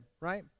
right